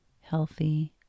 healthy